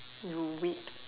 you wait